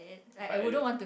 but at l~